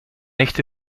echte